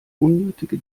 unnötige